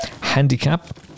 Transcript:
handicap